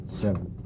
seven